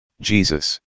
Jesus